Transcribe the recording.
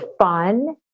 fun